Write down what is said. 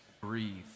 breathe